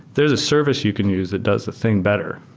there's a service you can use that does the thing better.